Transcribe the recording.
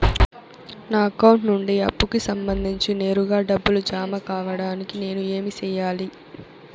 నా అకౌంట్ నుండి అప్పుకి సంబంధించి నేరుగా డబ్బులు జామ కావడానికి నేను ఏమి సెయ్యాలి?